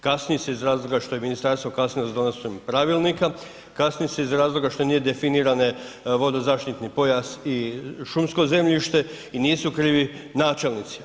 Kasni se iz razloga što je ministarstvo kasnilo sa donošenjem pravilnika, kasni se iz razloga što nije definiran vodozaštitni pojas i šumsko zemljište i nisu krivi načelnici.